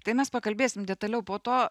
tai mes pakalbėsim detaliau po to